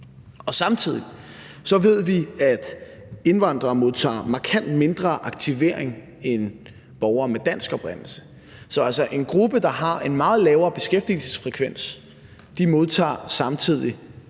Samtidig ved vi, at indvandrere modtager markant mindre aktivering end borgere med dansk oprindelse. Så en gruppe, der har en meget lavere beskæftigelsesfrekvens, modtager altså